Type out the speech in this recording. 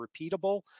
repeatable